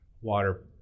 water